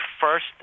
first